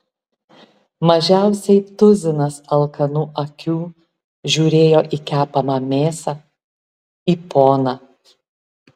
mažiausiai tuzinas alkanų akių žiūrėjo į kepamą mėsą į poną